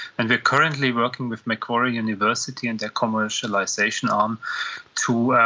and we are currently working with macquarie university and their commercialisation arm to